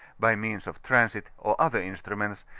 by means of transit, or other instru ments,